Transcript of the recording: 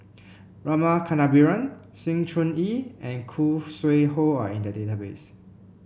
Rama Kannabiran Sng Choon Yee and Khoo Sui Hoe are in the database